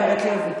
הגברת לוי.